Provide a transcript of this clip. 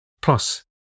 plus